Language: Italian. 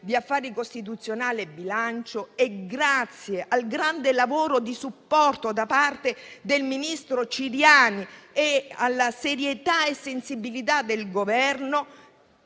affari costituzionali e bilancio, e grazie al grande lavoro di supporto da parte del ministro Ciriani e alla serietà e sensibilità del Governo